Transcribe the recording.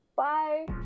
Bye